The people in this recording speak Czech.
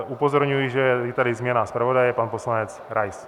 Upozorňuji, že je tady změna zpravodaje, pan poslanec Rais.